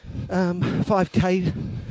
5K